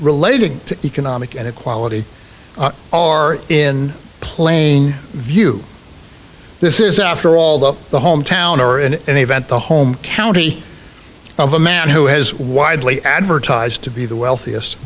to economic and equality are in plain view this is after all though the home town or in any event the home county of a man who has widely advertised to be the wealthiest